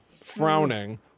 frowning